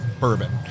bourbon